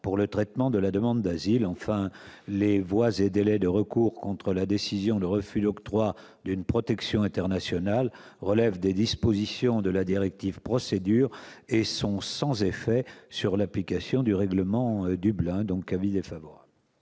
du traitement de la demande d'asile. En outre, les voies et délais de recours contre la décision de refus d'octroi d'une protection internationale relèvent des dispositions de la directive Procédure et sont sans effet sur l'application du règlement Dublin. La parole